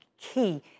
key